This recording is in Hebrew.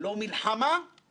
עם העולם העסקי.